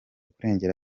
kurengera